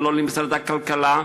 ולא למשרד הכלכלה.